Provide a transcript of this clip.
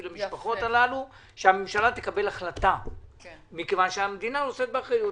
למשפחות הללו מכיוון שהמדינה נושאת באחריות.